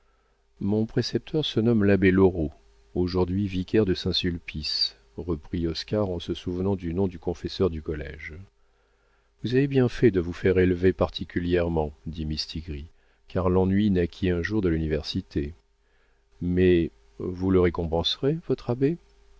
mon précepteur se nomme l'abbé loraux aujourd'hui vicaire de saint-sulpice reprit oscar en se souvenant du nom du confesseur du collége vous avez bien fait de vous faire élever particulièrement dit mistigris car l'ennui naquit un jour de l'université mais vous le récompenserez votre abbé